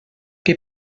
que